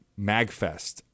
Magfest